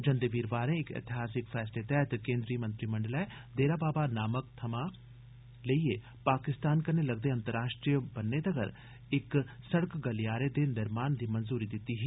जन्दे वीरवारें इक एतिहासिक फैसले तैह्त केंद्री मंत्रीमंडलै देरा बाबा नानक थमां लेईये पाकिस्तान कन्नै लगदे अंतर्राष्ट्रीय ब'न्ने तगर इक सड़क गलेयारे दे निर्माण दी मंजूरी दित्ती ही